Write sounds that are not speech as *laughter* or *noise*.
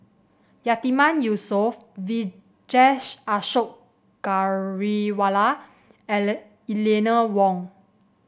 Yatiman Yusof Vijesh Ashok Ghariwala *unintelligible* Eleanor Wong